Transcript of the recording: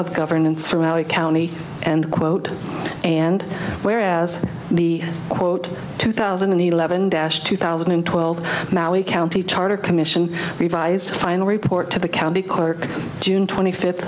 of governance for our county and quote and where as the quote two thousand and eleven dash two thousand and twelve county charter commission revised the final report to the county clerk june twenty fifth